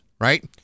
right